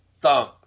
thump